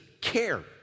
care